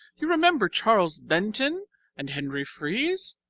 you remember charles benton and henry freize?